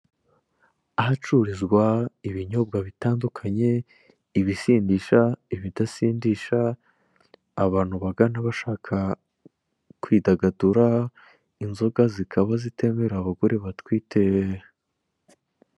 Ahacururizwa ibinyobwa bitandukanye ibisindisha, ibidasindisha abantu bagana bashaka kwidagadura, inzoga zikaba zitemerewe abagore batwite.